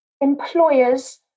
Employers